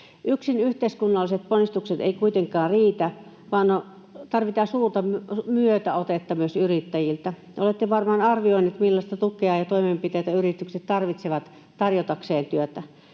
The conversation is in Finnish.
Yksin yhteiskunnalliset panostukset eivät kuitenkaan riitä, vaan tarvitaan suurta myötäotetta myös yrittäjiltä. Olette varmaan arvioineet, millaista tukea ja millaisia toimenpiteitä yritykset tarvitsevat tarjotakseen työtä.